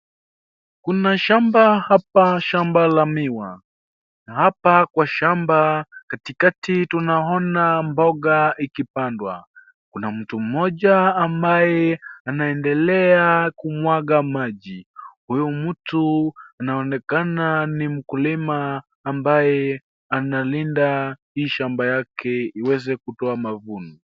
Kuna shamba hapa shamba la miwa na hapa kwa shamba katikati tunaona mboga ikipandwa. Kuna mtu mmoja ambaye anaendelea kumwaga maji. Huyu mtu anaonekana ni mkulima ambaye analinda hii shamba yake iweze kutoa mavuno.